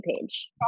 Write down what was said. page